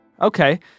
Okay